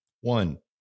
One